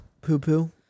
poo-poo